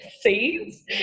seeds